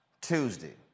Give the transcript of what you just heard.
Tuesday